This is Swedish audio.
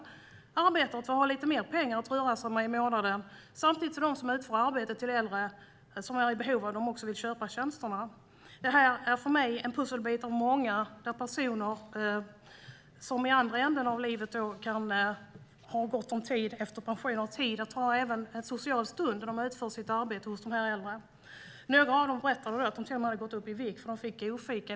De arbetar för att ha lite mer pengar i månaden att röra sig med. Samtidigt utför de tjänster för äldre, som är i behov av tjänsterna och som vill köpa dem. Det här är för mig en pusselbit av många. Det är personer som i andra änden av livet har gott om tid efter pensionen. De har tid att även ha en social stund när de utför sitt arbete hos de äldre. Några av dem berättade att de till och med hade gått upp i vikt, för de fick "gofika".